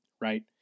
Right